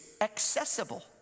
accessible